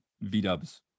V-dubs